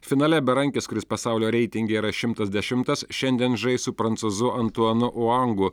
finale berankis kuris pasaulio reitinge yra šimtas dešimtas šiandien žais su prancūzu antuanu uangu